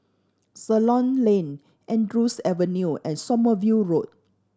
Ceylon Lane Andrews Avenue and Sommerville Road